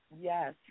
Yes